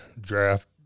draft